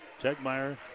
Tegmeyer